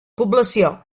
població